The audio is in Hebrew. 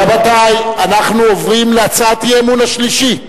רבותי, אנחנו עוברים להצעת האי-אמון השלישית.